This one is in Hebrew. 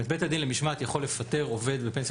בית הדין למשמעת יכול לפטר עובד בפנסיה